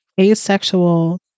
asexual